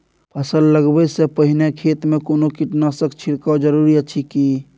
फसल लगबै से पहिने खेत मे कोनो कीटनासक छिरकाव जरूरी अछि की?